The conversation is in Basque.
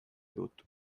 dut